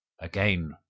Again